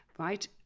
Right